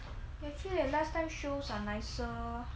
ya actually last time shows are nicer